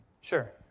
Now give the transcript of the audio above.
Sure